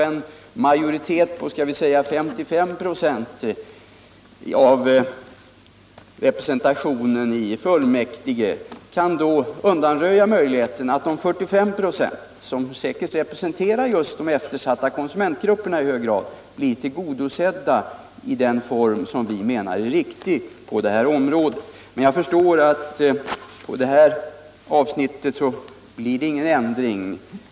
En majoritet på låt oss säga 55 96 av representationen i fullmäktige kan alltså undanröja möjligheten att de 45 96 som säkert i hög grad representerar just de eftersatta konsumentgrupperna blir tillgodosedda i den form som vi menar är viktig på det här området. Men jag förstår att det i det här avsnittet inte blir någon ändring.